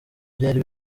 byari